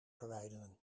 verwijderen